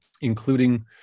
including